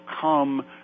come